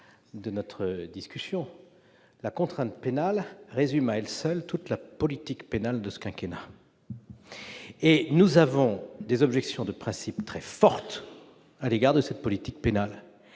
de notre discussion. La contrainte pénale résume à elle seule toute la politique pénale de ce quinquennat. Nous avons tout d'abord des objections de principe très fortes à l'égard de cette politique, dont,